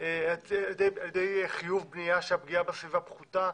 על ידי חיוב בניה שהפגיעה בסביבה פחותה